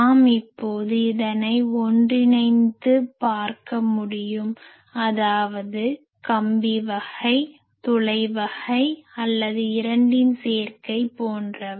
நாம் இப்போது இதனை ஒன்றிணைந்து பார்க்க முடியும் அதாவது கம்பி வகை துளை வகை அல்லது இரண்டின் சேர்க்கை போன்றவை